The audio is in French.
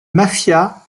mafia